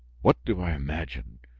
what do i imagine?